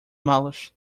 malas